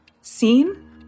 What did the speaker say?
Seen